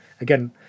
again